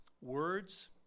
Words